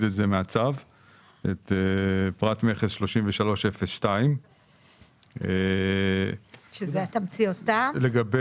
מהצו את פרט מכס 33.02. שזה תמציות הטעם?